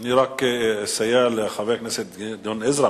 אני רק אסייע לחבר הכנסת גדעון עזרא.